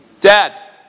Dad